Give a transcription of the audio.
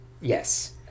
Yes